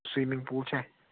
swimming pool چھا